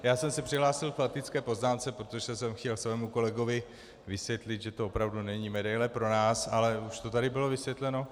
Já jsem se přihlásil k faktické poznámce, protože jsem chtěl svému kolegovi vysvětlit, že to opravdu není medaile pro nás, ale už to tady bylo vysvětleno.